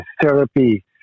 therapy